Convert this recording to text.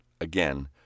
again